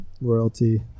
royalty